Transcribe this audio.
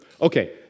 Okay